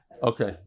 Okay